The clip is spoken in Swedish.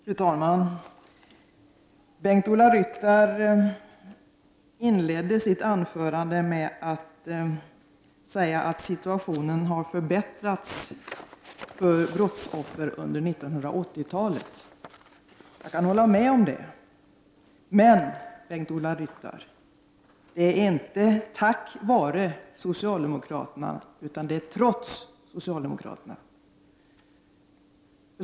Fru talman! Bengt-Ola Ryttar inledde sitt anförande med att säga att situationen har förbättrats för brottsoffer under 1980-talet. Jag kan hålla med om det. Men, Bengt-Ola Ryttar, det är inte tack vare socialdemokraterna utan det är trots socialdemokraterna.